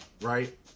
right